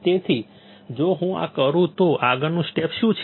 તેથી જો હું આ કરું તો આગળનું સ્ટેપ શું છે